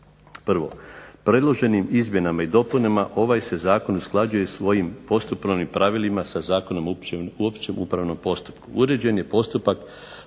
Prvo, predloženim izmjenama i dopunama ovaj se zakon usklađuje svojim postupovnim pravilima sa Zakonom o općem upravnom postupku. Uređen je postupak